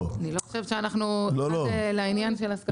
אני לא חושבת שאנחנו צד לעניין של הסכמה.